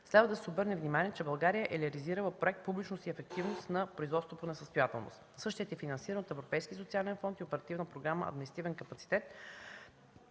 с цел да се обърне внимание, че България е реализирала проект „Публичност и ефективност на производството по несъстоятелност”. Същият е финансиран от Европейския социален фонд и Оперативна програма „Административен капацитет”